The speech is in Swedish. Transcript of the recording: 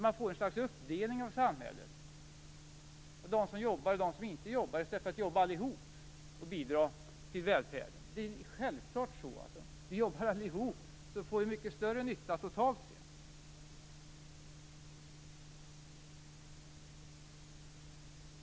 Man får något slags uppdelning av samhället i dem som jobbar och dem som inte jobbar, i stället för att allihop jobbar och bidrar till välfärden. Det är självklart så att om vi jobbar allihop får vi mycket större nytta totalt sett.